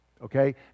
okay